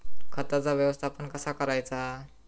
खताचा व्यवस्थापन कसा करायचा?